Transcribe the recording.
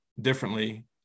differently